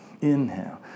inhale